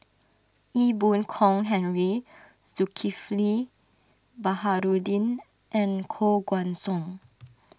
Ee Boon Kong Henry Zulkifli Baharudin and Koh Guan Song